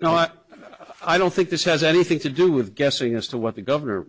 now but i don't think this has anything to do with guessing as to what the governor